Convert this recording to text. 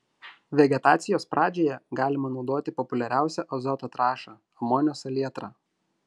vegetacijos pradžioje galima naudoti populiariausią azoto trąšą amonio salietrą